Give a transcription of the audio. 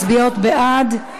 מצביעות בעד.